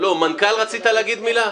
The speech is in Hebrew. המנכ"ל, רצית להגיד מילה?